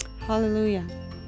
Hallelujah